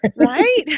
Right